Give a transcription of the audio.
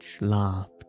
laughed